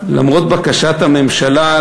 למרות בקשת הממשלה,